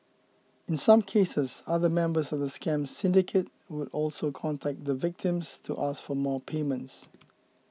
in some cases other members of the scam syndicate would also contact the victims to ask for more payments